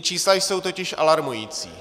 Čísla jsou totiž alarmující.